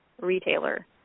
retailer